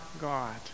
God